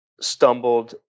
stumbled